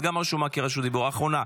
את גם רשומה כבעלת רשות דיבור אחרונה.